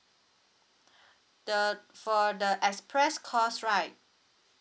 the for the express cause right